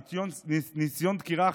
ניסיון דקירה,